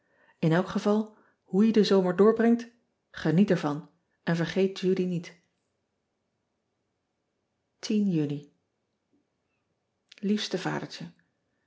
n elk geval hoe je den zomer doorbrengt geniet ervan en vergeet udy niet uni iefste